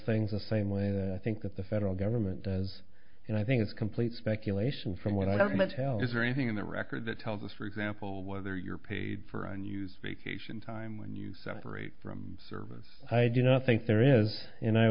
things the same way that i think that the federal government does and i think it's complete speculation from what i but hell is there anything in the record that tells us for example whether you're paid for unused vacation time when you separate from service i do not think there is